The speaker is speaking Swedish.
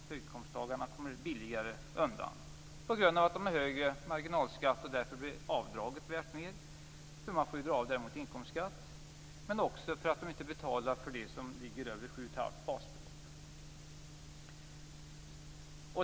Höginkomsttagarna kommer billigare undan på grund av att de har högre marginalskatt och avdraget därför blir värt mer. De får ju göra avdrag för egenavgifterna i inkomstskatten. Dessutom behöver de inte betala egenavgift för inkomster över 7 1⁄2 basbelopp.